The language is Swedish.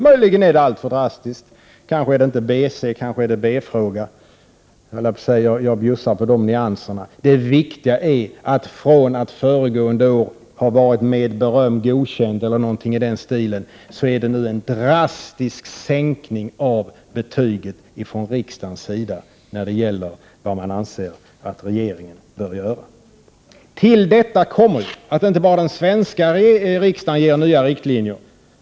Möjligen är det alltför drastiskt. Det är kanske inte fråga om BC, utan om B? men jag bjuder på de nyanserna. Det viktiga är att godkänd, eller något liknande, nu är drastiskt sänkt av riksdagen. Till detta kommer att det inte bara är den svenska riksdagen som ger nya riktlinjer.